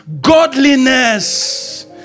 godliness